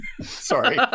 sorry